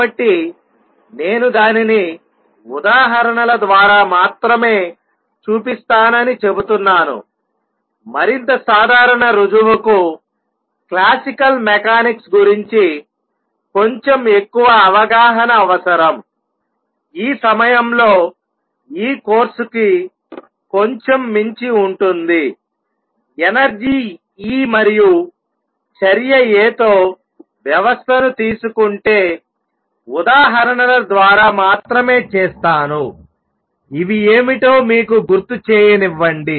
కాబట్టి నేను దానిని ఉదాహరణల ద్వారా మాత్రమే చూపిస్తానని చెప్తున్నాను మరింత సాధారణ రుజువుకు క్లాసికల్ మెకానిక్స్ గురించి కొంచెం ఎక్కువ అవగాహన అవసరం ఈ సమయంలో ఈ కోర్సుకు కొంచెం మించి ఉంటుంది ఎనర్జీ E మరియు చర్య A తో వ్యవస్థను తీసుకుంటే ఉదాహరణల ద్వారా మాత్రమే చేస్తాను ఇవి ఏమిటో మీకు గుర్తు చేయనివ్వండి